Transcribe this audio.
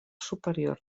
superior